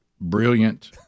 brilliant